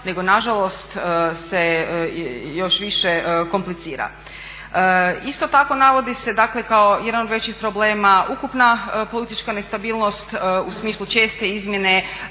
nego nažalost se još više komplicira. Isto tako navodi se dakle kao jedan od većih problema ukupna politička nestabilnost u smislu česte izmjene